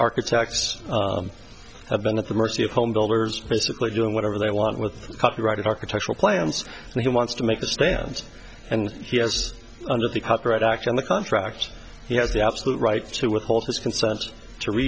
architects have been at the mercy of home builders basically doing whatever they want with copyrighted architectural plans and he wants to make a stand and he has under the copyright act in the contract he has the absolute right to withhold his consent to re